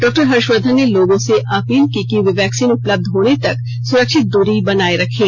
डॉ हर्षवर्धन ने लोगों से अपील की कि वे वैक्सीन उपलब्ध होने तक सुरक्षित दूरी बनाए रखें